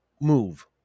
move